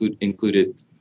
included